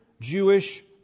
Jewish